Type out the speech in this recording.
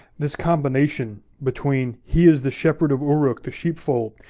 this combination between, he is the shepherd of uruk, the sheepfold,